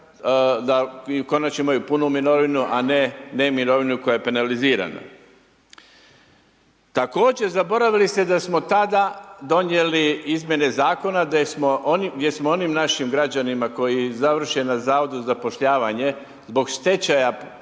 da konačno imaju punu mirovinu, a ne mirovinu koja je penalizirana. Također, zaboravili se da smo tada donijeli izmjene zakona, gdje smo onim našim građanima koji završe na Zavodu za zapošljavanje, zbog stečaj njihove